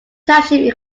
township